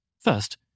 First